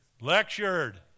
Lectured